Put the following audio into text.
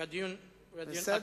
והדיון הוקדם.